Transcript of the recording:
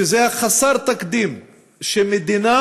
שזה חסר תקדים שמדינה